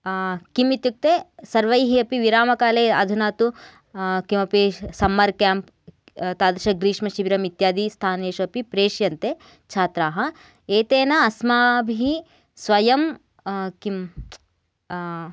किम् इत्युक्ते सर्वैः अपि विरामकाले अधुना तु किमपि सम्मर् केम्प् तादृश ग्रीष्मशिबिरम् इत्यादि स्थानेषु अपि प्रेष्यन्ते छात्राः एतेन अस्माभिः स्वयं किं